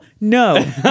no